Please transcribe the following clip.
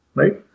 right